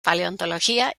paleontología